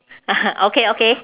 ah okay okay